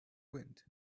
wind